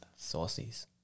saucies